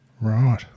Right